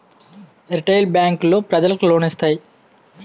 retail బేంకులు loan లిత్తాయి పెజలకు